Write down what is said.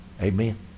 Amen